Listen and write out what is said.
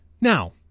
Now